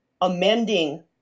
amending